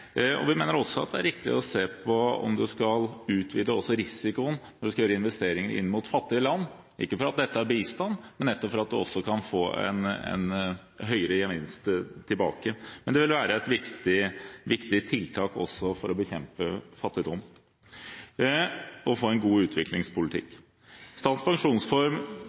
Vi mener også det er viktig å se på om man skal utvide risikoen når man skal gjøre investeringer inn mot fattige land – ikke for at dette er bistand, men nettopp for at det kan gi en høyere gevinst tilbake. Det vil være et viktig tiltak også for å bekjempe fattigdom og for å få en god utviklingspolitikk.